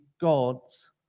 God's